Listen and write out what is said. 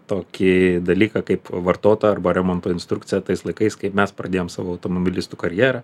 tokį dalyką kaip vartotą arba remonto instrukciją tais laikais kai mes pradėjom savo automobilistų karjerą